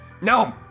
No